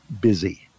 Busy